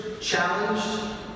challenged